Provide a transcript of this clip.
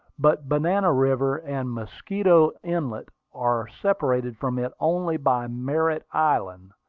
but banana river and mosquito inlet are separated from it only by merritt's island,